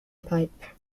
pipe